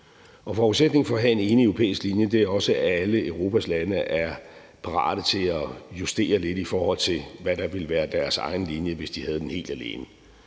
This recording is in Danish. Og forudsætningen for at have en enig europæisk linje er også, at alle Europas lande er parate til at justere lidt, i forhold til hvad der ville være deres egen linje, hvis de havde den helt alene.